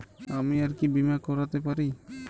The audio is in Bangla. আমি আর কি বীমা করাতে পারি?